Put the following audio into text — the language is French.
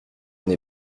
n’ai